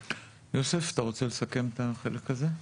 יוסף, אתה רוצה לסכם את החלק הזה?